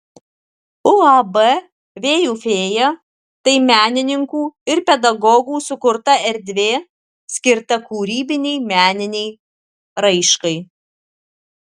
uab vėjų fėja tai menininkų ir pedagogų sukurta erdvė skirta kūrybinei meninei raiškai